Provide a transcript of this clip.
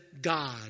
God